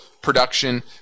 production